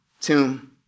tomb